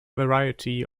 variety